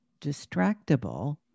distractible